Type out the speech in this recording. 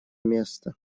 место